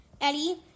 Eddie